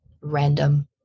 random